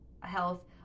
health